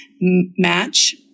match